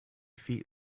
feet